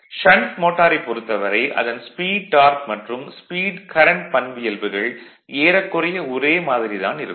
shunt மோட்டாரைப் பொறுத்தவரை அதன் ஸ்பீட் டார்க் மற்றும் ஸ்பீட் கரண்ட் பண்பியல்புகள் ஏறக்குறைய ஒரே மாதிரி தான் இருக்கும்